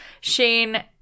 Shane